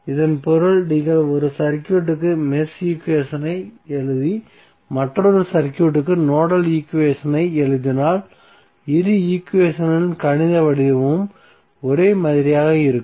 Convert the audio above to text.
இதன் பொருள் நீங்கள் ஒரு சர்க்யூட்க்கு மெஷ் ஈக்குவேஷனை எழுதி மற்றொரு சர்க்யூட்க்கு நோடல் ஈக்குவேஷனை எழுதினால் இரு ஈக்குவேஷன்களின் கணித வடிவமும் ஒரே மாதிரியாக இருக்கும்